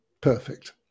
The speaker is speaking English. perfect